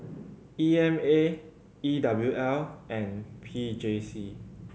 E M A E W L and P J C